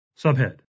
Subhead